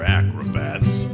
acrobats